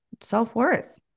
self-worth